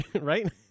Right